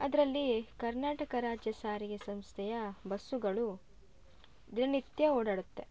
ಅದರಲ್ಲಿ ಕರ್ನಾಟಕ ರಾಜ್ಯ ಸಾರಿಗೆ ಸಂಸ್ಥೆಯ ಬಸ್ಸುಗಳು ದಿನನಿತ್ಯ ಓಡಾಡುತ್ತೆ